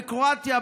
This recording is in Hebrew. בקרואטיה,